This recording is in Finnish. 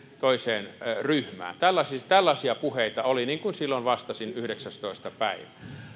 toiseen ryhmään tällaisia tällaisia puheita oli niin kuin silloin vastasin yhdeksästoista päivä